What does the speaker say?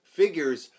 figures